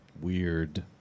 Weird